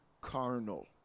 carnal